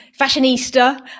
fashionista